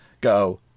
go